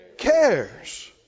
Cares